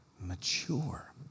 mature